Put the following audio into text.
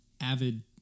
avid